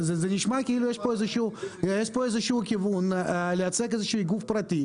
נשמע כאילו יש פה כיוון לייצג גוף פרטי.